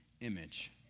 image